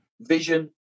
Vision